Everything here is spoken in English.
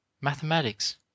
mathematics